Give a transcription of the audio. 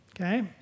okay